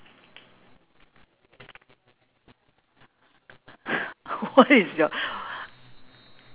what is your